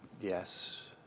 Yes